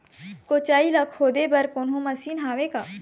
कोचई ला खोदे बर कोन्हो मशीन हावे का?